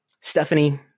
Stephanie